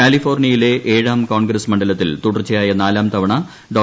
കാലിഫോർണിയയിലെ ഏഴാം ്യൂ കോൺഗ്രസ് മണ്ഡലത്തിൽ തുടർച്ചയായ നാലാംതുവിന്ന് ഡോ